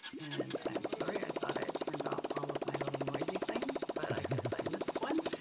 and i'm sorry, i thought i had turned off all of my little noisy things. but i guess i missed one.